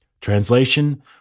Translation